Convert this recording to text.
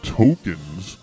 tokens